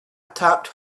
tapped